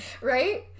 Right